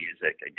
music